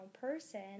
person